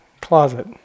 closet